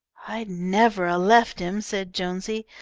i'd never a-left him, said jonesy,